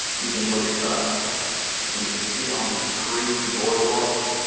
you can look up and you can see all these crazy board walks.